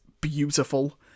beautiful